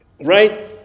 right